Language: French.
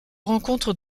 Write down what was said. rencontre